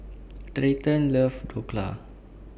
Treyton loves Dhokla